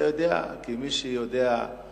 ואתה יודע, כמי שיודע,